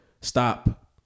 stop